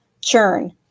churn